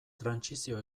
trantsizio